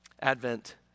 Advent